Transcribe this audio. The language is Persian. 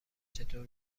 چطور